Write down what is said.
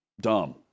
dumb